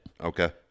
Okay